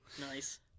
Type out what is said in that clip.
Nice